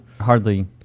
hardly